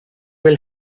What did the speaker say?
will